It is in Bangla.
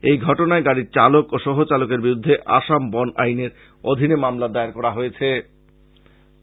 এই ঘটনায় গাড়ির চালক ও সহ চালকের বিরুদ্ধে আসাম বন আইনের অধীনে মামলা দায়ের করা হয়েছে